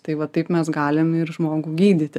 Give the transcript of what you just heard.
tai va taip mes galim ir žmogų gydyti